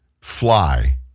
fly